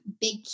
big